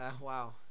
Wow